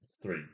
Three